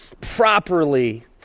properly